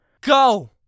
Go